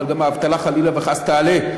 אבל גם האבטלה חלילה וחס תעלה.